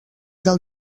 del